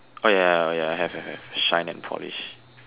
oh ya ya ya oh ya have have have shine and polish